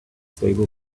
stable